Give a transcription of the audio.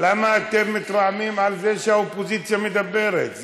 למה אתם מתרעמים על זה שהאופוזיציה מדברת?